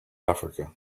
africa